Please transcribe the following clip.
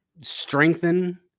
strengthen